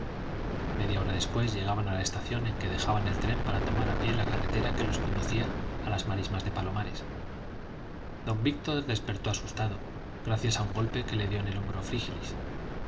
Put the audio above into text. media hora después llegaban a la estación en que dejaban el tren para tomar a pie la carretera que los conducía a las marismas de palomares don víctor despertó asustado gracias a un golpe que le dio en el hombro frígilis